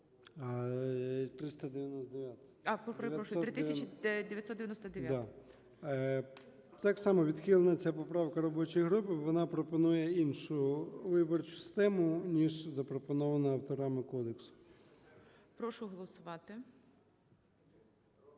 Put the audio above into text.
О.М. Так само відхилена ця поправка робочою групою. Вона пропонує іншу виборчу систему, ніж запропонована авторами кодексу. ГОЛОВУЮЧИЙ. Прошу голосувати.